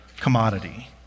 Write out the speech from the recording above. commodity